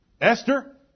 Esther